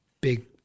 big